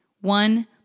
One